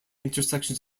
intersections